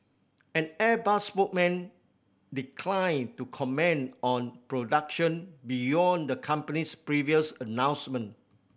an Airbus spokesman declined to comment on production beyond the company's previous announcement